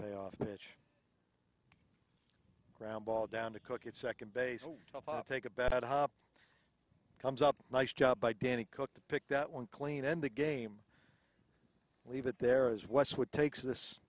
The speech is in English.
payoff mich groundball down to cook at second base take a bet hop comes up nice job by danny cook to pick that one clean end the game leave it there as westwood takes